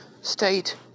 state